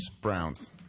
Browns